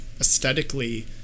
aesthetically